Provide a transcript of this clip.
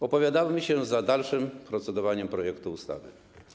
Opowiadamy się za dalszym procedowaniem nad projektem ustawy.